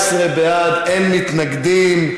14 בעד, אין מתנגדים.